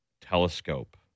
telescope